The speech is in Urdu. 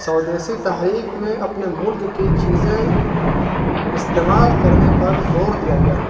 سعودیسی تحریک میں اپنے ملک کی چیزیں استعمال کرنے پر زور دیا گیا